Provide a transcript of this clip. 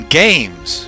games